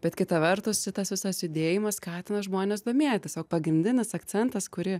bet kita vertus sitas visas judėjimas skatina žmones domėtis o pagrindinis akcentas kurį